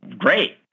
great